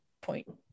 point